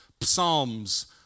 psalms